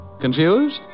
Confused